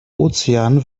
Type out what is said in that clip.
ozean